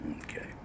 Okay